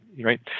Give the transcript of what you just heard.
right